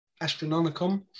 Astronomicon